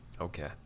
okay